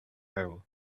hewl